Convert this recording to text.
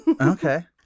Okay